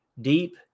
Deep